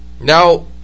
Now